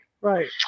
Right